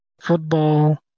football